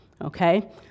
Okay